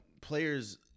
players